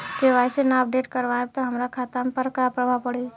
KYC ना update करवाएम त हमार खाता पर का प्रभाव पड़ी?